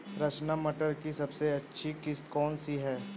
रचना मटर की सबसे अच्छी किश्त कौन सी है?